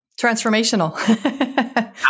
Transformational